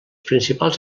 principals